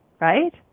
right